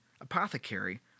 apothecary